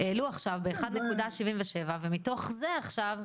העלו עכשיו ב-1.77% ומתוך זה עכשיו,